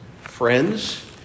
Friends